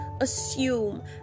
assume